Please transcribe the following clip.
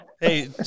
Hey